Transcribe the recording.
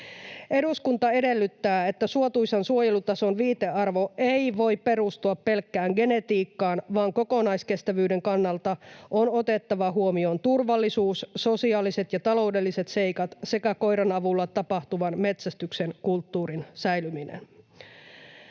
Eduskunta edellyttää, että suotuisan suojelutason viitearvo ei voi perustua pelkkään genetiikkaan, vaan kokonaiskestävyyden kannalta on otettava huomioon turvallisuus, sosiaaliset ja taloudelliset seikat sekä koiran avulla tapahtuvan metsästyksen kulttuurin säilyminen.”